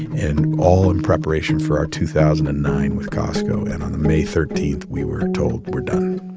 and all in preparation for our two thousand and nine with costco. and on may thirteen, we were told we're done.